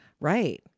Right